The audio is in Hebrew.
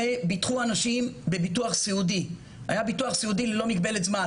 שביטחו אנשים בביטוח סיעודי ללא מגבלת זמן